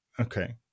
Okay